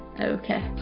okay